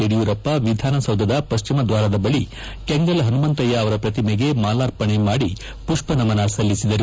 ಯಡಿಯೂರಪ್ಪ ವಿಧಾನಸೌಧದ ಪಶ್ಚಿಮ ದ್ವಾರದ ಬಳಿ ಕೆಂಗಲ್ ಹನುಮಂತಯ್ಯ ಅವರ ಪ್ರತಿಮೆಗೆ ಮಾಲಾರ್ಪಣೆ ಮಾಡಿ ಪುಷ್ನ ನಮನ ಸಲ್ಡಿಸಿದರು